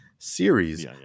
series